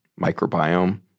microbiome